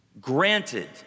granted